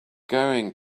going